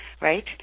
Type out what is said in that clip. right